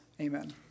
Amen